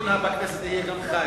חשוב שדיון בכנסת יהיה גם חי.